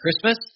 Christmas